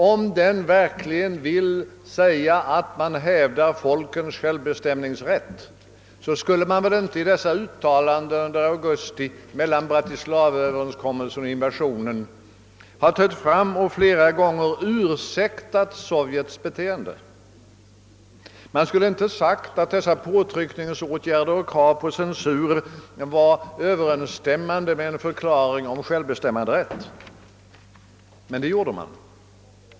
Om regeringen verkligen vill hävda folkens självbestämmanderätt skulle den väl inte under augusti — mellan offentliggörandet av Bratislavaöverenskommelsen och invasionen — flera gånger ha trätt fram och ursäktat Sovjets beteende. Regeringen skulle inte ha sagt att dessa påtryckningsåtgärder och:krav på censur var Ööver ensstämmande med en förklaring om självbestämmanderätt. Men det gjorde regeringen.